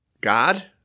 God